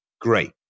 Great